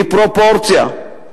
בפרופורציה.